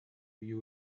you